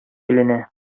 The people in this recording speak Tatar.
беленә